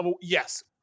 Yes